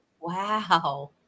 wow